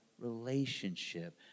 relationship